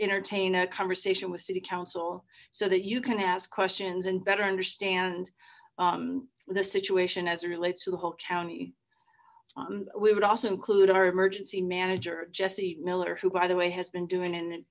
entertain a conversation with city council so that you can ask questions and better understand this situation as it relates to the whole county we would also include our emergency manager jesse miller who by the way has been doing an